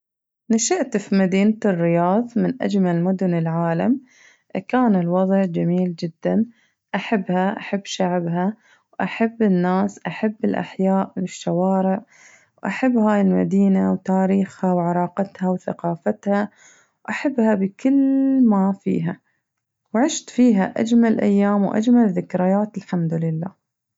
نشأت في مدينة الرياض من أجمل مدن العالم، كان الوضع جميل جداً، أحبها أحب شعبها وأحب الناس أحب الأحياء والشوارع وأحب هاي المدينة وتاريخها وعراقتها وثقافتها وأحبها بكل ما فيها وعشت فيها أجمل أيام وأجمل ذكريات الحمد لله.